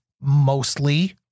mostly